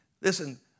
Listen